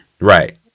Right